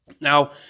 Now